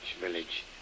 village